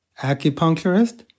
acupuncturist